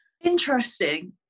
Interesting